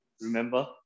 Remember